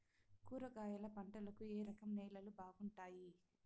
కూరగాయల పంటలకు ఏ రకం నేలలు బాగుంటాయి?